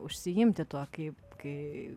užsiimti tuo kaip kai